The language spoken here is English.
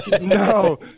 No